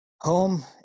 Home